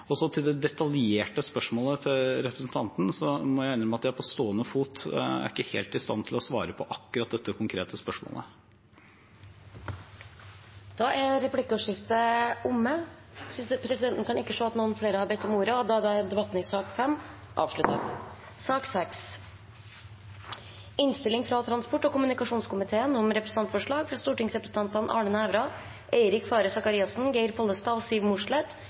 Så til det detaljerte spørsmålet til representanten: Jeg må innrømme at jeg på stående fot ikke er helt i stand til å svare på akkurat dette konkrete spørsmålet. Replikkordskiftet er omme. Flere har ikke bedt om ordet til sak nr. 5. Etter ønske fra transport- og kommunikasjonskomiteen vil presidenten ordne debatten på følgende måte: 3 minutter til hver partigruppe og